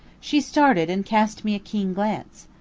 she started and cast me a keen glance.